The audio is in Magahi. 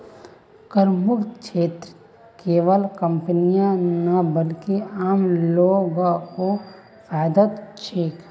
करमुक्त क्षेत्रत केवल कंपनीय नी बल्कि आम लो ग को फायदा छेक